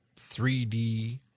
3D